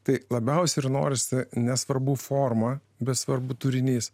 tai labiausiai ir nors nesvarbu forma bet svarbu turinys